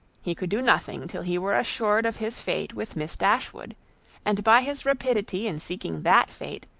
he could do nothing till he were assured of his fate with miss dashwood and by his rapidity in seeking that fate,